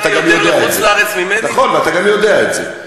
ואתה גם יודע את זה.